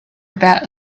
about